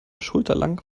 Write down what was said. schulterlang